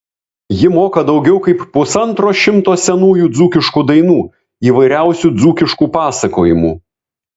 ji moka daugiau kaip pusantro šimto senųjų dzūkiškų dainų įvairiausių dzūkiškų pasakojimų